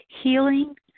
healing